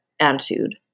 attitude